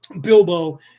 Bilbo